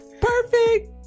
perfect